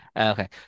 okay